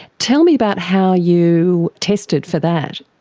tell me about how you tested for that.